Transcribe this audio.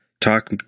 talk